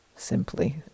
Simply